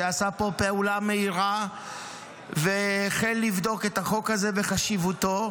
שעשה פה פעולה מהירה והחל לבדוק את החוק הזה וחשיבותו,